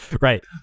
Right